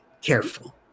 careful